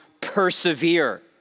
persevere